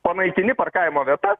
panaikini parkavimo vietas